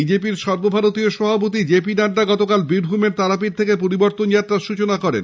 বিজেপির সর্বভারতীয় সভাপতি জেপি নাড্ডা গতকাল বীরভূমের তারাপীঠ থেকে পরিবর্তন যাত্রার সৃচনা করেন